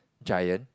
Giant